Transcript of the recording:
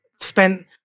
spent